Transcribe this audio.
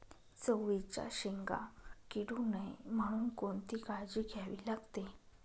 चवळीच्या शेंगा किडू नये म्हणून कोणती काळजी घ्यावी लागते?